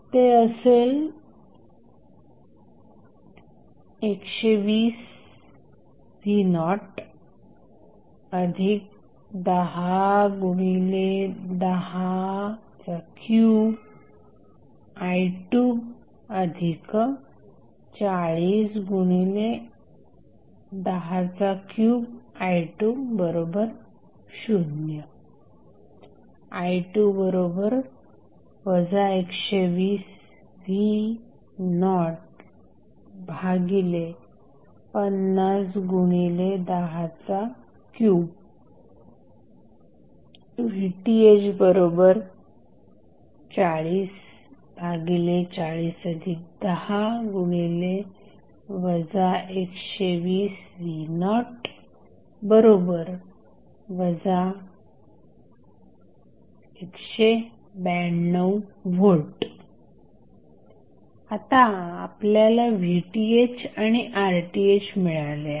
ते असेल 120v010103i240103i20 i2 120v050103 त्यामुळे VTh404010 120v0 192V आता आपल्याला VTh आणि RTh मिळाले आहेत